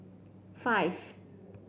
five